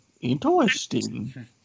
interesting